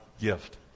gift